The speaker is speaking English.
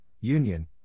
union